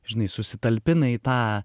žinai susitalpina į tą